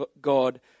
God